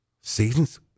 Seasons